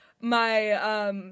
my-